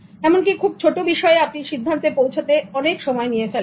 এমনকি খুব ছোট বিষয়ে আপনি সিদ্ধান্তে পৌঁছাতে অনেক সময় নিয়ে ফেলেন